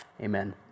Amen